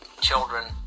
children